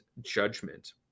judgment